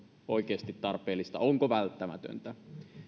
oikeasti tarpeellista onko välttämätöntä